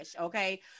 Okay